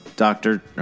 doctor